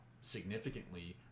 significantly